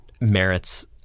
merits